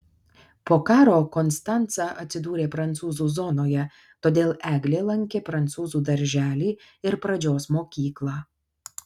po karo konstanca atsidūrė prancūzų zonoje todėl eglė lankė prancūzų darželį ir pradžios mokyklą